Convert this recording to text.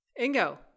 ingo